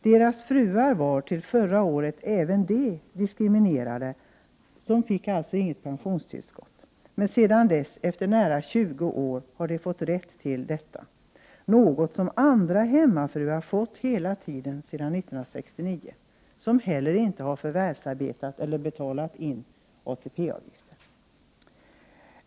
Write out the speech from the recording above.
Även deras fruar var t.o.m. förra året diskriminerade och fick inte något pensionstillskott, men sedan dess, efter nära 20 år, har de fått rätt till detta — något som andra hemmafruar, som inte heller har förvärvsarbetat eller betalat in ATP-avgift, har fått hela tiden sedan 1969.